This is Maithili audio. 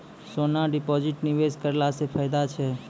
सोना डिपॉजिट निवेश करला से फैदा छै?